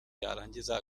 yarangiza